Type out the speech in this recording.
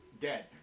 dead